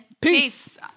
peace